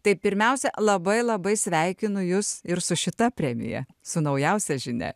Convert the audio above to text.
tai pirmiausia labai labai sveikinu jus ir su šita premija su naujausia žinia